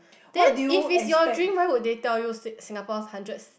then if it's your dream why would they tell you sing~ Singapore's hundredth